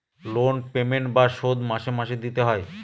loan payment বা শোধ মাসে মাসে দিতে হয়